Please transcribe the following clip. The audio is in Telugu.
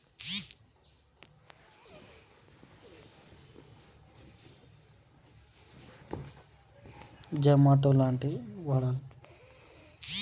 రీఛార్జ్ చేసినప్పుడు వచ్చిన స్క్రాచ్ కార్డ్ ఎలా వాడాలి?